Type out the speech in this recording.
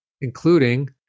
including